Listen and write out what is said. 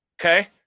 Okay